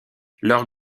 leur